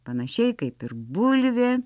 panašiai kaip ir bulvė